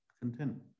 content